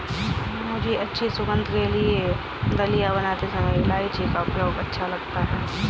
मुझे अच्छी सुगंध के लिए दलिया बनाते समय इलायची का उपयोग करना अच्छा लगता है